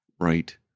right